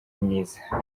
myiza